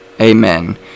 Amen